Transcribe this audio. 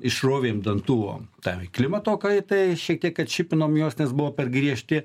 išrovėm dantų tai klimato kaitai šiek tiek atšipinom juos nes buvo per griežti